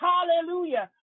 Hallelujah